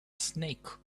snake